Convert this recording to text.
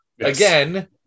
again